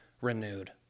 renewed